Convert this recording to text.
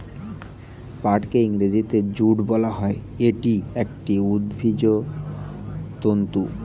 পাটকে ইংরেজিতে জুট বলা হয়, এটি একটি উদ্ভিজ্জ তন্তু